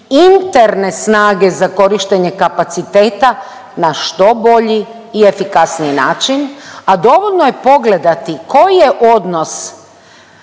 interne snage za korištenje kapaciteta na što bolji i efikasniji način, a dovoljno je pogledati koji je odnos